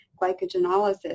glycogenolysis